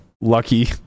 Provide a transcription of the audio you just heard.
Lucky